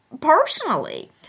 personally